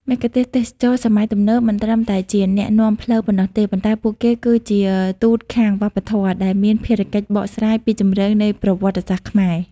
មគ្គុទ្ទេសក៍ទេសចរណ៍សម័យទំនើបមិនត្រឹមតែជាអ្នកនាំផ្លូវប៉ុណ្ណោះទេ ប៉ុន្តែពួកគេគឺជា "ទូតខាងវប្បធម៌" ដែលមានភារកិច្ចបកស្រាយពីជម្រៅនៃប្រវត្តិសាស្ត្រខ្មែរ។